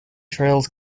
trails